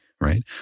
right